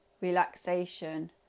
relaxation